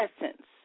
essence